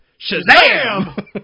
Shazam